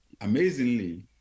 Amazingly